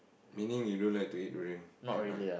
meaning you don't like to eat durian at all